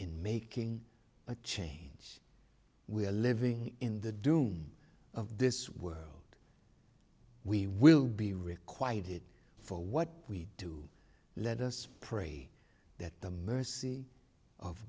in making the change we are living in the doom of this world we will be requited for what we do let us pray that the mercy of